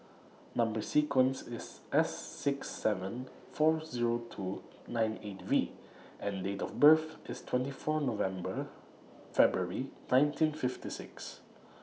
Number sequence IS S six seven four Zero two nine eight V and Date of birth IS twenty four November February one thousand nineteen fifty six